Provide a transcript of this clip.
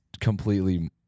completely